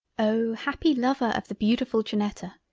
oh! happy lover of the beautifull janetta,